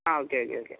ആ okay okay okay